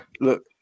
Look